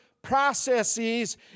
processes